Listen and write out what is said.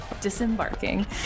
Disembarking